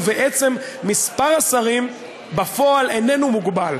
ובעצם מספר השרים בפועל איננו מוגבל,